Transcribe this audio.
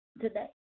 today